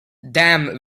dam